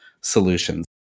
solutions